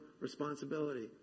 responsibility